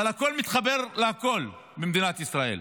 אבל הכול מתחבר להכול במדינת ישראל.